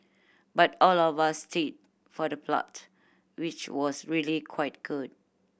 but all of us stayed for the plot which was really quite good